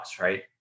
right